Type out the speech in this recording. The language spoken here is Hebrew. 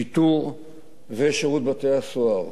שיטור ושירות בתי-הסוהר,